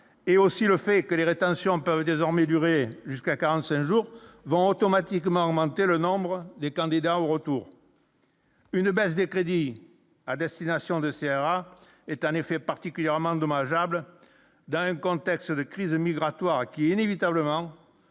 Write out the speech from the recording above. et aussi le fait que les rétention peuvent désormais durer jusqu'à 45 jours vont automatiquement augmenter le nombre des candidats au retour. Une baisse des crédits à destination de CRA est en effet particulièrement dommageable dans un contexte de crise migratoire qui inévitablement